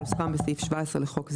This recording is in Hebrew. כנוסחם בסעיף 17 לחוק זה,